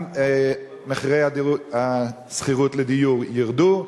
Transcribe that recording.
גם מחירי השכירות לדיור ירדו,